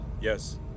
Yes